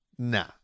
Nah